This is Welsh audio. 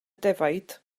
defaid